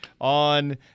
on